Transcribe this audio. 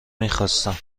میخواستم